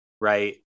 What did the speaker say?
right